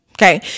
Okay